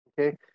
Okay